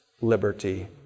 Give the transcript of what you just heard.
liberty